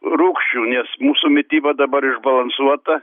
rūgščių nes mūsų mityba dabar išbalansuota